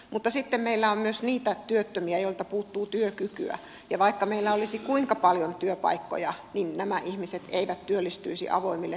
mutta meillä on myös niitä työttömiä joilta puuttuu työkykyä ja vaikka meillä olisi kuinka paljon työpaikkoja niin nämä ihmiset eivät työllistyisi avoimille työmarkkinoille